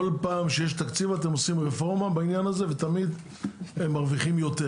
כל פעם שיש תקציב אתם עושים רפורמה בעניין הזה ותמיד הם מרוויחים יותר.